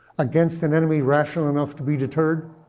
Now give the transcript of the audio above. against an enemy rational enough to be deterred?